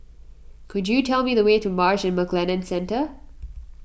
could you tell me the way to Marsh and McLennan Centre